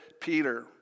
Peter